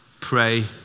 pray